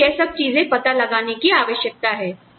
आपको यह सब चीजें पता लगाने की आवश्यकता है